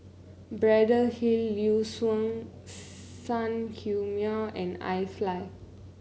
Braddell Hill Liuxun Sanhemiao and iFly